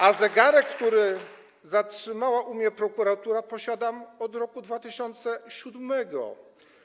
A zegarek, który zatrzymała u mnie prokuratura, posiadam od roku 2007.